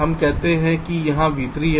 हम कहते हैं कि यहाँ v3 है